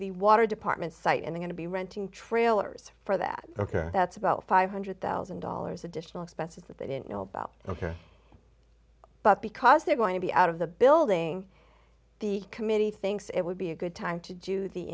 the water department site and going to be renting trailers for that ok that's about five hundred thousand dollars additional expenses that they didn't know about ok but because they're going to be out of the building the committee thinks it would be a good time to do the